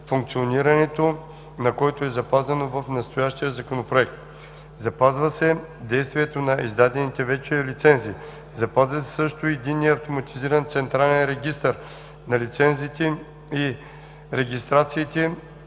на който е запазено в настоящия Законопроект. Запазва се действието на издадените вече лицензи. Запазва се също и Единният автоматизиран централен регистър на лицензите и регистрациите